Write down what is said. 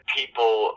people